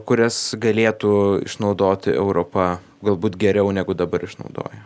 kurias galėtų išnaudoti europa galbūt geriau negu dabar išnaudoja